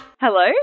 Hello